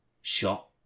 shot